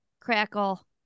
Crackle